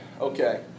okay